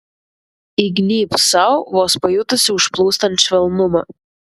įgnybk sau vos pajutusi užplūstant švelnumą